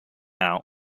out